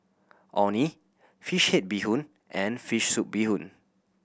Orh Nee fish head bee hoon and fish soup bee hoon